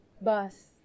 Bus